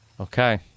Okay